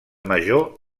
major